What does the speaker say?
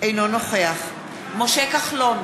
נוכח משה כחלון,